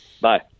Bye